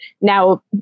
Now